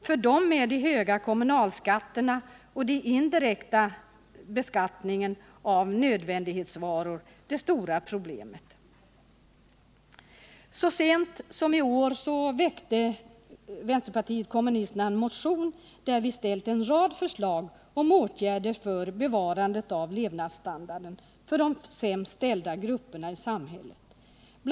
För dem är den höga kommunalskatten och den indirekta beskattningen av nödvändighetsvaror det stora problemet. Så sent som den 4 oktober i år väckte vpk en motion, där vi ställde en rad förslag om åtgärder för bevarandet av levnadsstandarden för de sämst ställda grupperna i samhället. Bl.